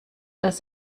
das